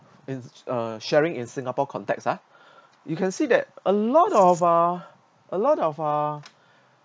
in a sharing in singapore context ah you can see that a lot of our a lot of our